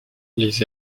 les